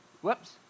Whoops